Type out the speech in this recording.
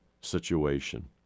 situation